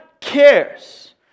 cares